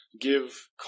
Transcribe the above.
give